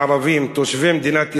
הערבים תושבי מדינת ישראל,